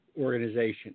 organization